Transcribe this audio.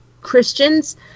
Christians